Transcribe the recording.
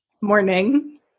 Morning